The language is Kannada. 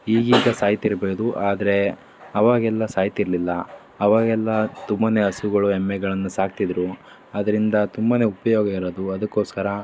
ಈಗೀಗ ಸಾಯ್ತಿರ್ಬೋದು ಆದರೆ ಅವಾಗೆಲ್ಲ ಸಾಯ್ತಿರಲಿಲ್ಲ ಅವಾಗೆಲ್ಲ ತುಂಬ ಹಸುಗಳು ಎಮ್ಮೆಗಳನ್ನು ಸಾಕ್ತಿದ್ದರು ಅದರಿಂದ ತುಂಬ ಉಪಯೋಗ ಇರೋದು ಅದಕ್ಕೋಸ್ಕರ